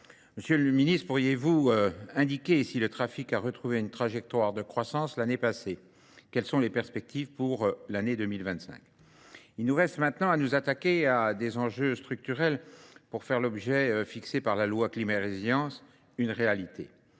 Monsieur le Ministre, pourriez-vous indiquer si le trafic a retrouvé une trajectoire de croissance l'année passée ? Quelles sont les perspectives pour l'année 2025 ? Il nous reste maintenant à nous attaquer à des enjeux structurels pour faire l'objet, fixé par la loi climat résilience, une réalité.